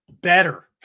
better